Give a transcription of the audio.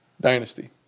dynasty